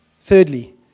Thirdly